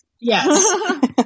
Yes